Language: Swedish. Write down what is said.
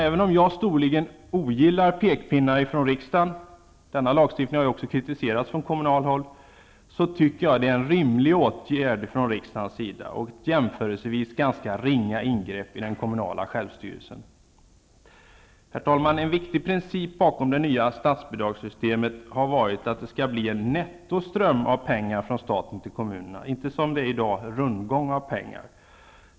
Även om jag storligen ogillar pekpinnar ifrån riksdagen -- denna lagstiftning har ju också kritiserats från kommunalt håll -- tycker jag att det är en rimlig åtgärd från riksdagens sida och ett jämförelsevis ganska ringa ingrepp i den kommunala självstyrelsen. Herr talman! En viktig princip bakom det nya statsbidragssystemet har varit att det skall bli en nettoström av pengar från staten till kommunerna, inte som det är i dag en rundgång av pengar.